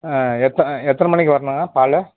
எத்தனை எத்தனை மணிக்கு வரணுங்க பால்